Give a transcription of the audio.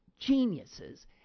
geniuses